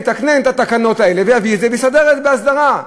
יתקנן את התקנות האלה ויביא את זה ויסדר את זה בהסדרה.